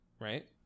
Right